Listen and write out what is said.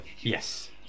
Yes